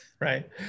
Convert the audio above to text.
right